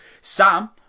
Sam